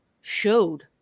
showed